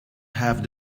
have